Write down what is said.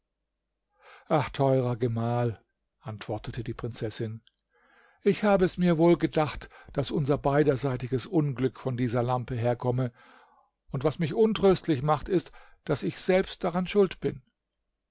ach teurer gemahl antwortete die prinzessin ich habe mir's wohl gedacht daß unser beiderseitiges unglück von dieser lampe herkomme und was mich untröstlich macht ist daß ich selbst daran schuld bin